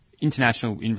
International